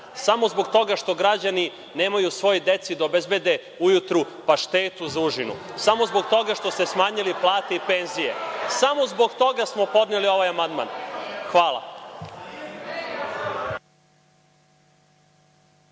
Samo zbog toga što građani nemaju svojoj deci da obezbede ujutru paštetu za užinu. Samo zbog toga što ste smanjili plate i penzije. Samo zbog toga smo podneli ovaj amandman. Hvala.